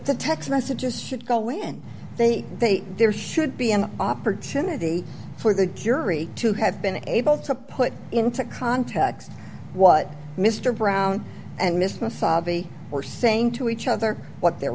the text messages should go away and they say there should be an opportunity for the jury to have been able to put into context what mr brown and miss miss sabi are saying to each other what their